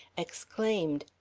exclaimed,